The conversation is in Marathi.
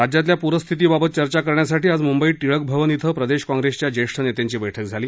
राज्यातल्या प्रस्थितीबाबत चर्चा करण्यासाठी आज म्ंबईत टिळक भवन इथं प्रदेश काँग्रेसच्या ज्येष्ठ नेत्यांची बैठक झाली